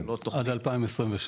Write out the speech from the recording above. עד 2026